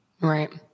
Right